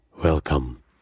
welcome